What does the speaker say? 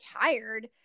tired